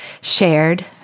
shared